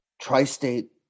Tri-State